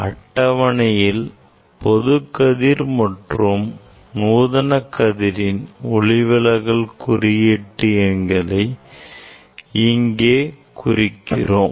அட்டவணையில் பொது கதிர் மற்றும் நூதன கதிரின் ஒளிவிலகல் குறியீட்டு எண்களை இங்கே குறிக்கிறோம்